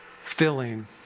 filling